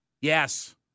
yes